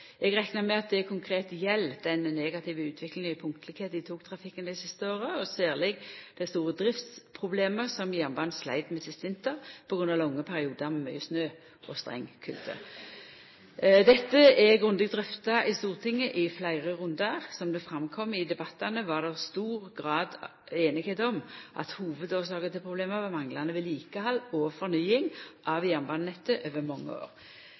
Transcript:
Eg reknar med at det konkret gjeld den negative utviklinga i punktlegskap i togtrafikken dei siste åra, og særleg dei store driftsproblema som jernbanen sleit med sist vinter på grunn av lange periodar med mykje snø og streng kulde. Dette er grundig drøfta i Stortinget i fleire rundar. Som det kom fram i debattane, var det i stor grad semje om at hovudårsaka til problema var manglande vedlikehald og fornying av jernbanenettet over